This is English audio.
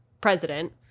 president